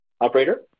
Operator